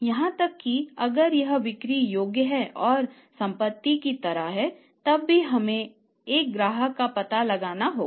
यहां तक कि अगर यह बिक्री योग्य है और संपत्ति की तरह है तब भी हमें एक ग्राहक का पता लगाना होगा